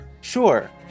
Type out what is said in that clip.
Sure